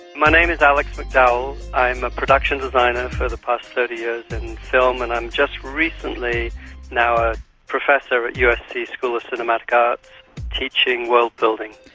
my name is alex mcdowell, i'm a production designer for the past thirty years in film and i'm just recently now a professor at usc school of cinematic arts teaching world building.